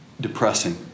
depressing